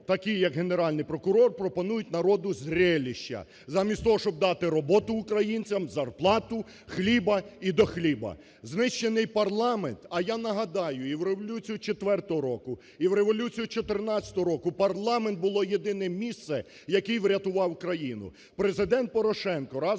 такі як Генеральний прокурор, пропонують народу зреліща замість того, щоб дати роботу українцям, зарплату, хліба і до хліба. Знищений парламент, а я нагадаю, і в революцію четвертого року, і в революцію чотирнадцятого року парламент було єдине місце, який врятував країну. Президент Порошенко разом з